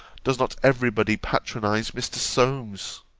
does not every body, patronize mr. solmes?